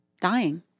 dying